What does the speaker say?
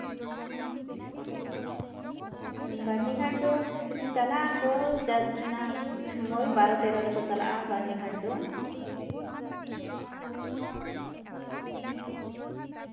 ᱵᱟᱨᱱᱤ ᱜᱷᱟᱴ ᱫᱚ ᱪᱟᱞᱟᱜᱼᱟᱠᱚ ᱪᱟᱹᱛ ᱨᱮᱱᱟᱜ ᱵᱟᱨᱚ ᱛᱮᱨᱚ ᱨᱮᱠᱚ ᱪᱟᱞᱟᱜᱼᱟ ᱵᱟᱹᱨᱱᱤ ᱜᱷᱟᱴ ᱫᱚ